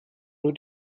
nur